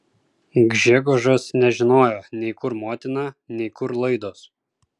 gžegožas nežinojo nei kur motina nei kur laidos